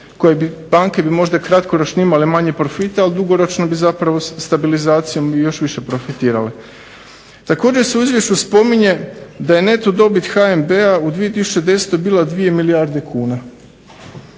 Banke bi možda kratkoročno imale manje profite, ali dugoročno bi zapravo stabilizacijom još više profitirale. Također se u izvješću spominje da je neto dobit HNB-a u 2010. bila 2 milijarde kuna.